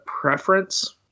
preference